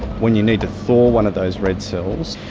when you need to thaw one of those red cells,